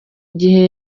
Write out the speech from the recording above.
gihe